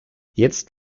jetzt